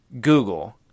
Google